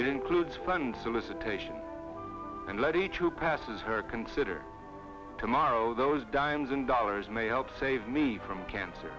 includes fund solicitation and let each who passes her consider tomorrow those dimes in dollars may help save me from cancer